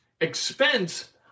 expense